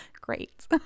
great